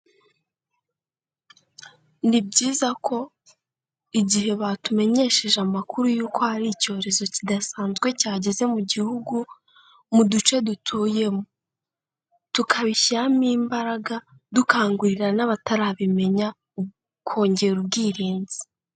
Ni byiza ko igihe batumenyesheje amakuru y'uko hari icyorezo kidasanzwe cyageze mu gihugu, mu duce dutuyemo, tukabishyiramo imbaraga dukangurira n'abatarabimenya kongera ubwirinzi.